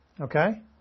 Okay